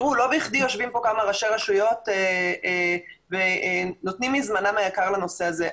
לא בכדי יושבים פה כמה ראשי רשויות ונותנים מזמנם היקר לנושא הזה.